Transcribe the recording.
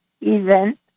event